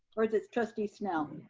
or is it trustee snell?